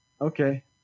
okay